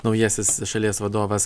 naujasis šalies vadovas